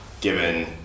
given